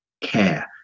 care